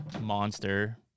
monster